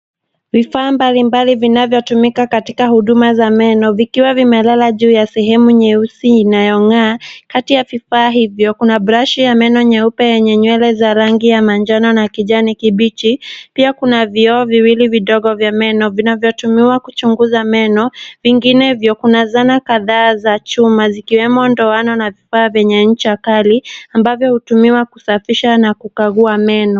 Vifaa mbalimbali vinavyotumika katika huduma za meno vikiwa vimelala juu ya sehemu nyeusi inayong'aa. Kati ya vifaa hivyo kuna brashi ya meno nyeupe ya meno yenye nywele za rangi ya manjano na kijani kibichi. Pia kuna vioo viwili vidogo vya meno vinavyotumiwa kuchunguza meno vinginevyo, kuna zana kadhaa za chuma zikiwemo ndoano na vifaa vyenye ncha kali ambavyo hutumiwa kusafisha na kukagua meno.